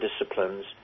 disciplines